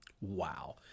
Wow